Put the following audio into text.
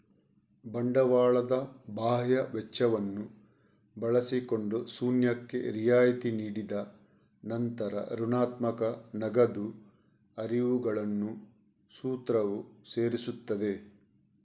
ಬಂಡವಾಳದ ಬಾಹ್ಯ ವೆಚ್ಚವನ್ನು ಬಳಸಿಕೊಂಡು ಶೂನ್ಯಕ್ಕೆ ರಿಯಾಯಿತಿ ನೀಡಿದ ನಂತರ ಋಣಾತ್ಮಕ ನಗದು ಹರಿವುಗಳನ್ನು ಸೂತ್ರವು ಸೇರಿಸುತ್ತದೆ